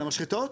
למשחטות?